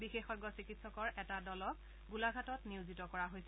বিশেষজ্ঞ চিকিৎসকৰ এটা দলক গোলাঘাটত নিয়োজিত কৰা হৈছে